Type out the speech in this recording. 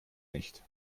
nicht